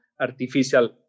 artificial